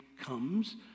comes